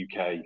UK